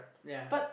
yeah